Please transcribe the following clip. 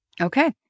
Okay